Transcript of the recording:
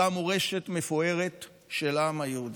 היא של אותה מורשת מפוארת של העם היהודי.